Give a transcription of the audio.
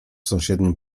sąsiednim